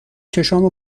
چشامو